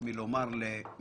אני שאלתי שאלה ספציפית,